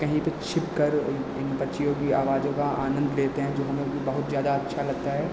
कहीं पर छिपकर उन उन पक्षियों की आवाज़ों का आनंद लेते हैं जो हमें बहुत ज़्यादा अच्छा लगता है